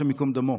השם ייקום דמו: